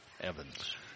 Evans